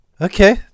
Okay